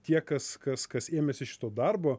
tie kas kas kas ėmėsi šito darbo